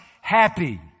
happy